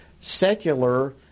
secular